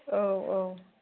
औ औ